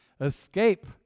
escape